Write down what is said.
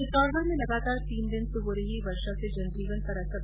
चित्तौडगढ में लगातार तीन दिन से हो रही बारिश से जन जीवन पर असर पड़ा है